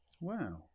wow